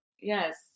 Yes